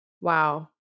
Wow